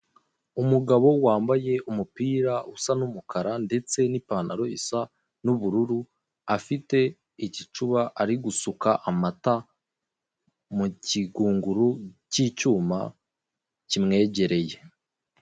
Umugabo wambaye umupira usa n'umukara ndetse n'ipantaro isa n'ubururu afite igicuba ari gusuka amata mu kigunguru k'icyuma kimwegereye.